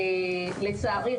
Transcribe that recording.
לצערי,